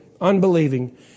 Unbelieving